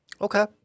Okay